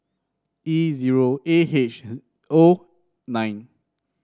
E zero A H O nine